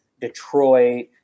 Detroit